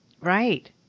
Right